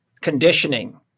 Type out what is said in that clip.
conditioning